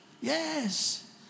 Yes